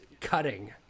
cutting